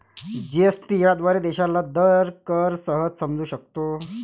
GST याद्वारे देशाला कर दर सहज समजू शकतो